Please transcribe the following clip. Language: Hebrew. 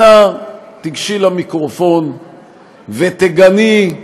אנא, תיגשי למיקרופון ותגני,